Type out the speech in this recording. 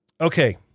Okay